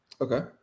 Okay